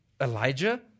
Elijah